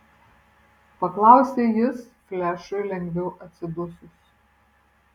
paklausė jis flešui lengviau atsidusus